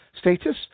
Status